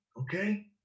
okay